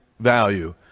value